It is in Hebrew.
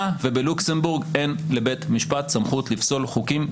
ובלוקסמבורג אין לבית משפט סמכות לפסול חוקים בכלל.